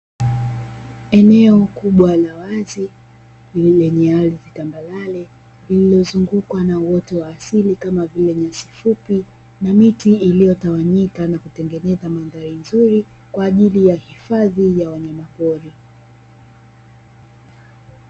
Eneo kubwa la wazi lenye ardhi tambarare lililozungukwa na uoto wa asili, kama vile nyasi fupi na miti iliyotawanyika na kutengeneza mandhari nzuri kwa ajili ya uhifadhi wa wanyamapori.